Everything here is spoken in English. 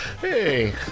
Hey